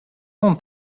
não